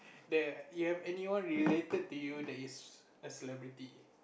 the you have anyone related to you that is a celebrity